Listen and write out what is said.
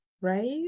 right